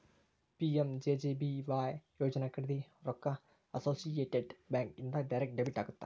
PMJJBY ಯೋಜನಾ ಖರೇದಿ ರೊಕ್ಕ ಅಸೋಸಿಯೇಟೆಡ್ ಬ್ಯಾಂಕ್ ಇಂದ ಡೈರೆಕ್ಟ್ ಡೆಬಿಟ್ ಆಗತ್ತ